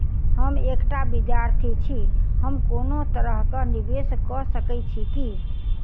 हम एकटा विधार्थी छी, हम कोनो तरह कऽ निवेश कऽ सकय छी की?